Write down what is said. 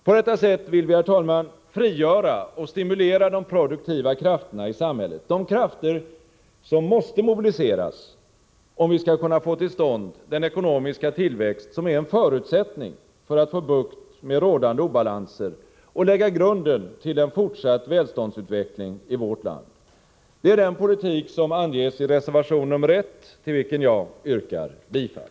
På detta sätt vill vi, herr talman, frigöra och stimulera de produktiva krafterna i samhället — de krafter som måste mobiliseras, om vi skall kunna få till stånd den ekonomiska tillväxt som är en förutsättning för att få bukt med rådande obalanser och lägga grunden till en fortsatt välståndsutveckling i vårt land. Det är den politik som anges i reservation nr1, till vilken jag yrkar bifall.